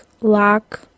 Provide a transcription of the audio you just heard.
lock